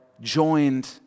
joined